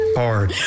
hard